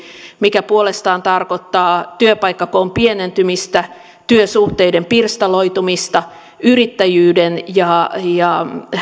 mikä puolestaan tarkoittaa työpaikkakoon pienentymistä työsuhteiden pirstaloitumista yrittäjyyden ja ja